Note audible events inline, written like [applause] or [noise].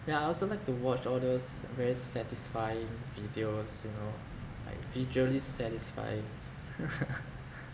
yeah I also like to watch all those very satisfying videos you know like visually satisfying [laughs]